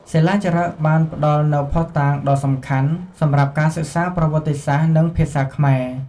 សិលាចារឹកបានផ្ដល់នូវភស្តុតាងដ៏សំខាន់សម្រាប់ការសិក្សាប្រវត្តិសាស្ត្រ និងភាសាខ្មែរ។